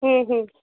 હમ